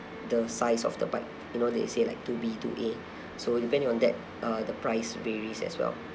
the size of the bike you know they say like two b two a so depending on that uh the price varies as well